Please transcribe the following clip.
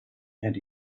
and